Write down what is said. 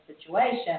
situation